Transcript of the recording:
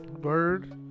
Bird